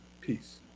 Peace